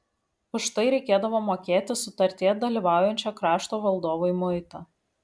už tai reikėdavo mokėti sutartyje dalyvaujančio krašto valdovui muitą